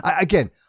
Again